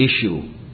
Issue